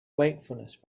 wakefulness